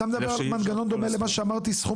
אתה מדבר על מנגנון דומה למה שאמרתי סכום